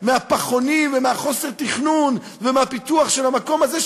מהפחונים ומחוסר התכנון ומהפיתוח של המקום הזה,